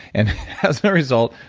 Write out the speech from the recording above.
and as a result,